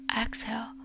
exhale